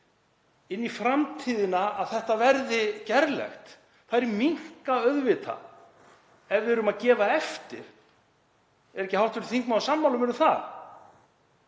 inn í framtíðina að þetta verði gerlegt minnka auðvitað ef við erum að gefa eftir. Er ekki hv. þingmaður sammála mér um það?